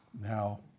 Now